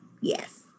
yes